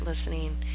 listening